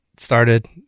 started